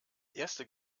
erste